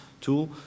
tool